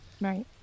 Right